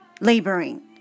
Laboring